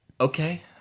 Okay